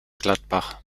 gladbach